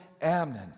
Amnon